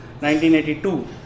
1982